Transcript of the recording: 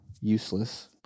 useless